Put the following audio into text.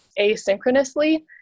asynchronously